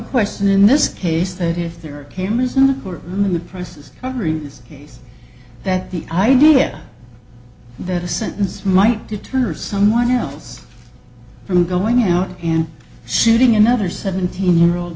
question in this case that if there are cameras in the court room in the process covering this case that the idea that the sentence might deter someone else from going out and shooting another seventeen year old